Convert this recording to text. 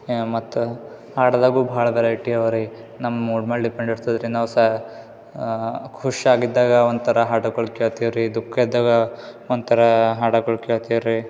ಮತ್ತು ಹಾಡಿದಾಗು ಭಾಳ ವೆರೈಟಿ ಅವಾ ರೀ ನಮ್ಮ ಮೂಡ್ ಮೇಲೆ ಡಿಪೆಂಡ್ ಇರ್ತದೆ ರೀ ನಾವು ಸಾ ಖುಷ್ಯಾಗಿದ್ದಾಗ ಒಂಥರ ಹಾಡಗಳು ಕೇಳ್ತೇವೆ ರೀ ದುಖ ಇದ್ದಾಗ ಒಂಥರಾ ಹಾಡಗಳು ಕೇಳ್ತೇವೆ ರೀ